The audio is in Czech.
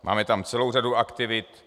Máme tam celou řadu aktivit.